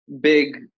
big